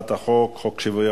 נתקבל.